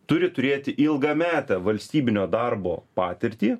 turi turėti ilgametę valstybinio darbo patirtį